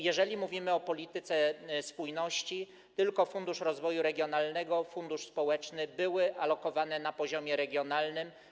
Jeżeli mówimy o polityce spójności, to tylko fundusz rozwoju regionalnego i fundusz społeczny były alokowane na poziomie regionalnym.